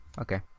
Okay